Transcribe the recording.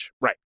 right